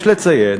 יש לציין